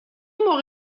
موقع